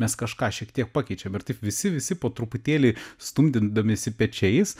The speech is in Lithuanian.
mes kažką šiek tiek pakeičiam ir taip visi visi po truputėlį stumdydamiesi pečiais